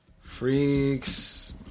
Freaks